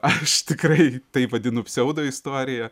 aš tikrai tai vadinu pseudo istorija